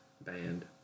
band